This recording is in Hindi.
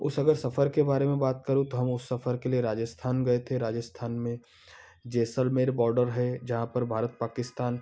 उस अगर सफ़र के बारे में बात करूँ तो हम उस सफ़र के लिए राजस्थान गए थे राजस्थान में जैसलमेर बॉर्डर है जहाँ पर भारत पाकिस्तान